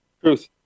Truth